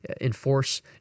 enforce